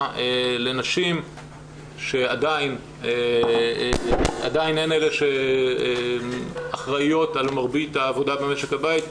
לנשים שעדיין הן אלה שאחראיות על מרבית העבודה במשק הבית,